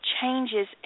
changes